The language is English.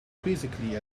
quizzically